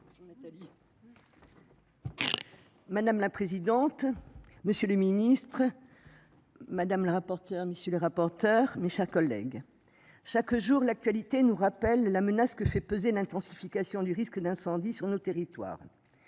Madame la présidente, monsieur le ministre. Madame la rapporteure messieurs les rapporteurs, mes chers collègues. Chaque jour, l'actualité nous rappelle la menace que fait peser une intensification du risque d'incendie sur nos territoires.